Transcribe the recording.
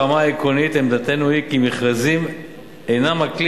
ברמה העקרונית עמדתנו היא כי מכרזים אינם הכלי